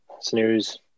snooze